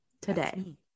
today